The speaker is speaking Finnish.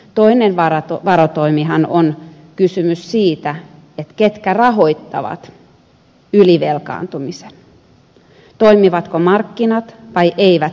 toinen varotoimihan on kysymys siitä ketkä rahoittavat ylivelkaantumisen toimivatko markkinat vai eivätkö toimi